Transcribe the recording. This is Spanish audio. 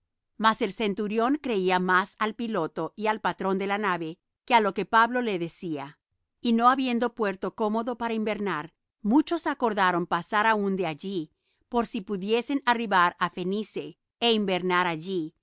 mas el centurión creía más al piloto y al patrón de la nave que á lo que pablo decía y no habiendo puerto cómodo para invernar muchos acordaron pasar aún de allí por si pudiesen arribar á fenice é invernar allí